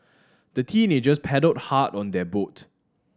the teenagers paddled hard on their boat